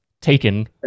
taken